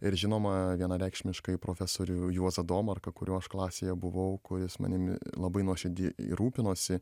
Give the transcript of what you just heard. ir žinoma vienareikšmiškai profesorių juozą domarką kurio aš klasėje buvau kuris manimi labai nuoširdžiai rūpinosi